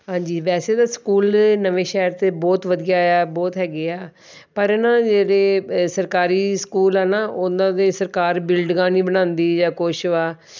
ਹਾਂਜੀ ਵੈਸੇ ਤਾਂ ਸਕੂਲ ਨਵੇਂ ਸ਼ਹਿਰ 'ਤੇ ਬਹੁਤ ਵਧੀਆ ਏ ਆ ਬਹੁਤ ਹੈਗੇ ਆ ਪਰ ਉਹਨਾਂ ਜਿਹੜੇ ਸਰਕਾਰੀ ਸਕੂਲ ਆ ਨਾ ਉਹਨਾਂ ਦੀ ਸਰਕਾਰ ਬਿਲਡਿੰਗਾਂ ਨਹੀਂ ਬਣਾਉਂਦੀ ਜਾਂ ਕੁਝ ਆ